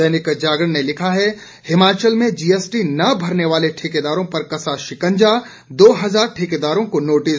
दैनिक जागरण ने लिखा है हिमाचल में जीएसटी न भरने वाले ठेकेदारों पर कसा शिकंजा दो हजार ठेकेदारों को नोटिस